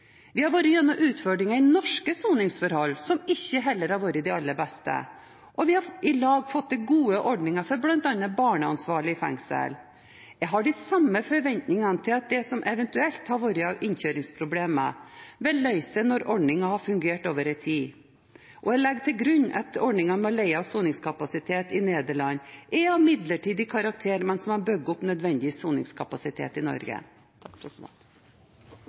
Vi har vært gjennom utfordringer i norske soningsforhold som heller ikke har vært de aller beste, og vi har i lag fått til gode ordninger for bl.a. barneansvarlige i fengsel. Jeg har de samme forventningene til at det som eventuelt har vært av innkjøringsproblemer, vil løse seg når ordningen har fungert over en tid. Og jeg legger til grunn at ordningen med leie av soningskapasitet i Nederland er av midlertidig karakter mens man bygger opp nødvendig soningskapasitet i Norge.